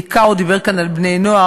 בעיקר הוא דיבר כאן על בני-נוער,